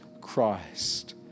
Christ